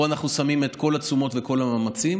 פה אנחנו שמים את כל התשומות וכל המאמצים,